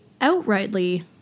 outrightly